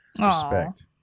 Respect